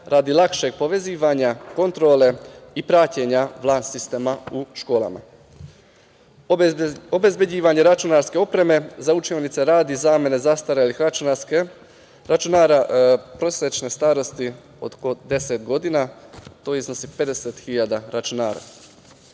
radi lakšeg povezivanja kontrole i praćenja WLAN sistema u školama, obezbeđivanje računarske opreme za učionice radi zamene zastarelih računara prosečne starosti od oko 10 godina, to iznosi 50.000 računara,